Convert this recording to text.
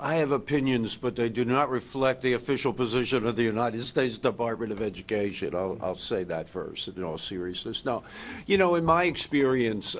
i have opinions but they do not reflect the official position of the united states department of education. i'll say that first in all seriousness. you know, in my experience,